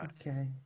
Okay